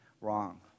wrong